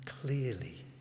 clearly